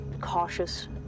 cautious